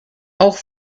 auch